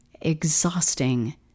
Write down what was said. exhausting